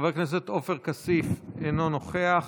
חבר הכנסת עופר כסיף, אינו נוכח,